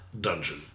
Dungeon